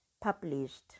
published